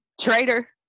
Traitor